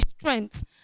strengths